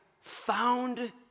found